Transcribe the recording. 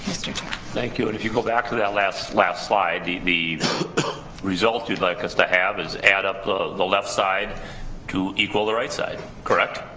mr. chair thank you and if you go back to that last slide, the the results you'd like us to have is add up the the left side to equal the right side correct?